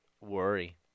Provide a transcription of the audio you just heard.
worry